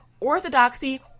orthodoxy